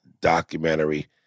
documentary